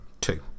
Two